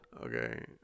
okay